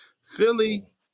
Philly